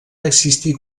existir